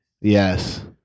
Yes